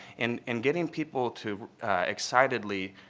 and and getting people to excitedly